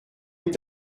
est